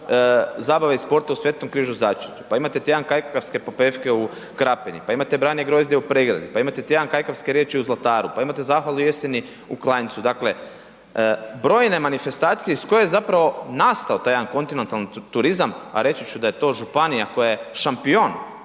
zabave i sporta u Sv. Križu Začretju, pa imate tjedan kajkavske popevke u Krapini, pa imate branje grozdja u Pregradi, pa imate tjedan kajkavske riječi i Zlataru, pa imate zahvalu jeseni u Klanjcu. Dakle, brojne manifestacije iz koje je zapravo nastao taj jedan kontinentalni turizam, a reći ću da je to županija koja je šampion